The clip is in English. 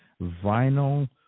vinyl